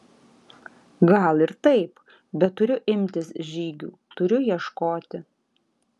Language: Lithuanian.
gal ir taip bet turiu imtis žygių turiu ieškoti